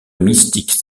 mystique